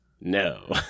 no